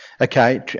Okay